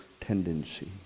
tendency